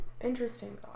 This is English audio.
interesting